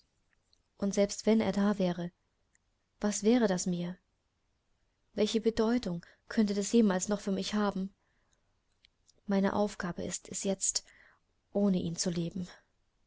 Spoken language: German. und selbst wenn er da wäre was wäre das mir welche bedeutung könnte das jemals noch für mich haben meine aufgabe ist es jetzt ohne ihn zu leben